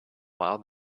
while